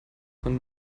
von